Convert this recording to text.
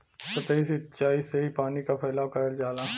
सतही सिचाई से ही पानी क फैलाव करल जाला